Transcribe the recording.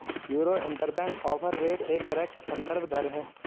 euro interbank offer rate एक तरह का सन्दर्भ दर है